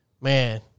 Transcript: man